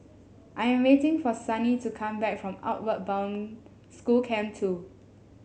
I am waiting for Sunny to come back from Outward Bound School Camp Two